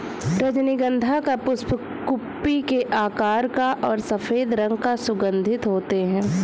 रजनीगंधा का पुष्प कुप्पी के आकार का और सफेद रंग का सुगन्धित होते हैं